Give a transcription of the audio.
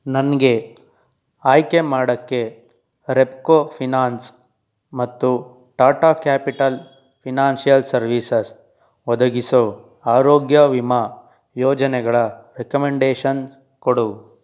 ನನಗೆ ಆಯ್ಕೆ ಮಾಡೋಕ್ಕೆ ರೆಪ್ಕೋ ಫಿನಾನ್ಸ್ ಮತ್ತು ಟಾಟಾ ಕ್ಯಾಪಿಟಲ್ ಫಿನಾನ್ಷಿಯಲ್ ಸರ್ವೀಸಸ್ ಒದಗಿಸೋ ಆರೋಗ್ಯ ವಿಮಾ ಯೋಜನೆಗಳ ರೆಕಮೆಂಡೇಷನ್ ಕೊಡು